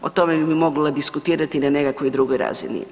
O tome bi mogla diskutirati na nekakvoj drugoj razini.